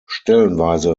stellenweise